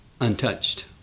untouched